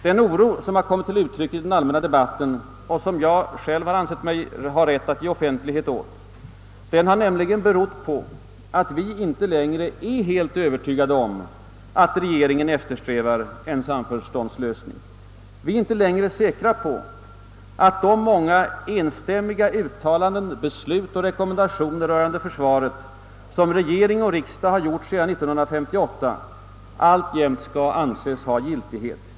Den oro som kommit till uttryck i den allmänna debatten och som jag själv har ansett mig ha rätt att ge offentlighet åt, har nämligen berott på att vi inte längre är helt övertygade om att regeringen eftersträvar en samförståndslösning. Vi är inte längre säkra på att de många enstämmiga uttalanden, beslut och rekommendationer rörande försvaret, som regering och riksdag gjort sedan 1958, alltjämt skall anses ha giltighet.